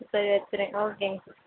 சரி வச்சிட்றேன் ஓகேங்க சார்